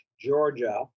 Georgia